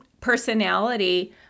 personality